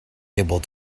able